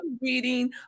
reading